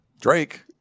Drake